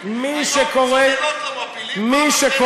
מי שקורא תראה על מה נפלו ממשלות מפא"י,